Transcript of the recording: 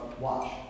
Watch